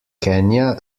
kenya